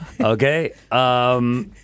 okay